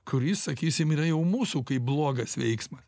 kuris sakysim yra jau mūsų kaip blogas veiksmas